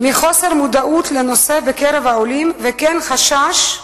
מחוסר מודעות לנושא בקרב העולים, וכן חשש,